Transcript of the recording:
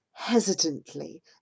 Hesitantly